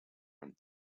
went